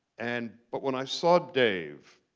and but when i saw dave,